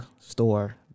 store